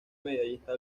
medallista